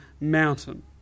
mountain